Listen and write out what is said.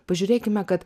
pažiūrėkime kad